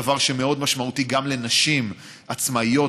הדבר מאוד משמעותי גם לנשים עצמאיות,